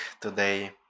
today